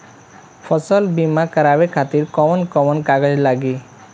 फसल बीमा करावे खातिर कवन कवन कागज लगी?